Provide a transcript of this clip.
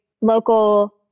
local